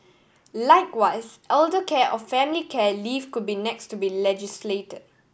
likewise elder care or family care leave could be next to be legislated